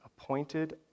appointed